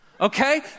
Okay